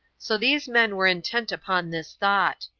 so these men were intent upon this thought.